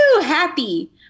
happy